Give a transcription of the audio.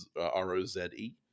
R-O-Z-E